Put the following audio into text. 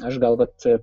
aš gal vat